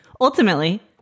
Ultimately